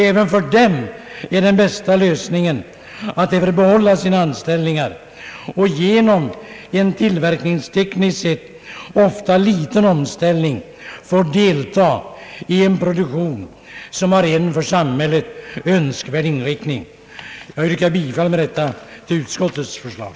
även för dem är den bästa lösningen att få behålla sina anställningar och genom en tillverkningstekniskt sett ofta liten omställ ning få delta i en produktion med för samhället önskvärd inriktning. Herr talman! Jag yrkar bifall till utskottets hemställan.